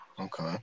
Okay